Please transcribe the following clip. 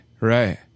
right